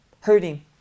hurting